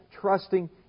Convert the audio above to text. trusting